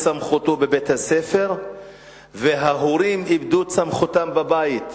סמכותו בבית-הספר וההורים איבדו את סמכותם בבית.